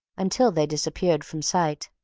until they disappeared from sight.